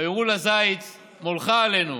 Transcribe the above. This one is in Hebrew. ויאמרו לזית מלכה עלינו.